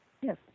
Yes